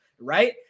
right